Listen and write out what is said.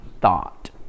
thought